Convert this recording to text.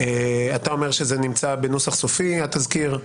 אתה אומר שזה נמצא בנוסח סופי התזכיר,